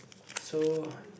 so